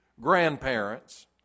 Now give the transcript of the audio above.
grandparents